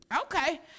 Okay